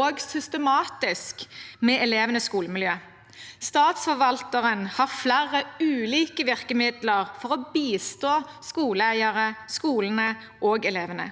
og systematisk med elevenes skolemiljø. Statsforvalteren har flere ulike virkemidler for å bistå skoleeierne, skolene og elevene.